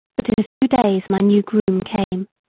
but in a few days my new groom came.